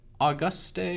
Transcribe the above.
Auguste